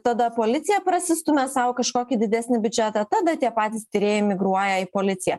tada policija prasistumia sau kažkokį didesnį biudžetą tada tie patys tyrėjai migruoja į policiją